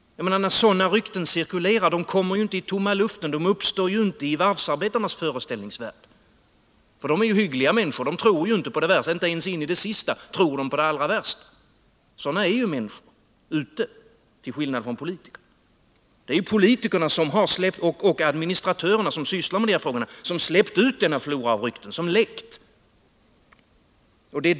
Sådana rykten kan väl inte tas ur tomma luften. De uppstår inte i varvsarbetarnas föreställningsvärld, för de är hyggliga människor som inte ens in i det sista vill tro det allra värsta. Men sådana är ju vanliga människor till skillnad från politiker. Det är politikerna och administratörerna som sysslar med dessa frågor som släppt ut denna flora av rykten, som läckt ut.